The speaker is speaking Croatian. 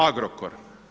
Agrokor.